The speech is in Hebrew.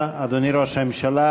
בבקשה, אדוני ראש הממשלה.